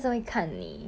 ya ya ya ya